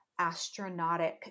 astronautic